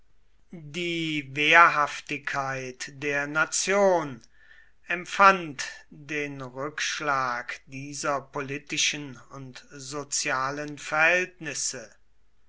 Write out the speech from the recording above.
die wehrhaftigkeit der nation empfand den rückschlag dieser politischen und sozialen verhältnisse